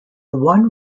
one